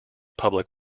public